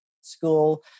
school